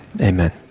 amen